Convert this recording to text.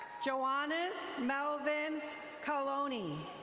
johannes melvin cologne.